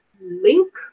link